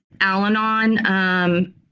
Al-Anon